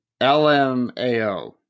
LMAO